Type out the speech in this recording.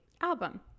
album